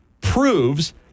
proves